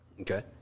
okay